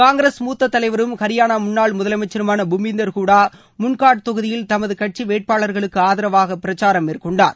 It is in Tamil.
காங்கிரஸ் முத்த தலைவரும் ஹரியானா முன்னாள் முதலமைச்சருமான பூபிந்தர் ஹுடா முன்ட்கா தொகுதியில் தமது கட்சி வேட்பாளர்களுக்கு ஆதரவாக பிரச்சாரம் மேற்கொண்டார்